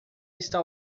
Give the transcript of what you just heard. está